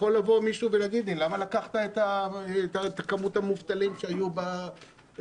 יכול לבוא מישהו ולהגיד לי: "למה לקחת את כמות המובטלים שהיו פה,